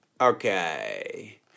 Okay